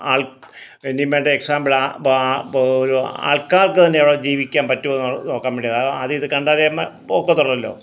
ആൾ ഇനി മറ്റേ എക്സാമ്പിൾ ആ ബൊ ഒരു ആൾക്കാർക്ക് തന്നെ അവിടെ ജീവിക്കാൻ പറ്റുമോ എന്ന് നോക്കാൻ വേണ്ടി ആദ്യം ഇത് കണ്ടാലേ ഒക്കത്തുള്ളല്ലൊ